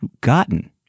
gotten